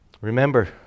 Remember